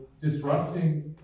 disrupting